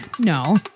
No